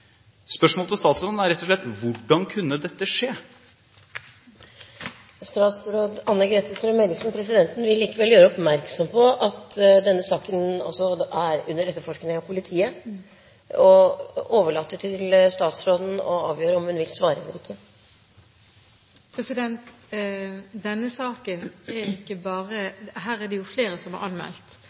Spørsmålet til statsråden er rett og slett: Hvordan kunne dette skje? Presidenten vil gjøre oppmerksom på at denne saken er under etterforskning av politiet, og overlater til statsråden å avgjøre om hun vil svare på dette. I denne saken er det flere som er anmeldt. Sykehuset har anmeldt det selskapet, eller den personen, som har rekruttert disse sykepleierne på denne måten. Samtidig er sykehuset blitt anmeldt.